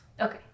Okay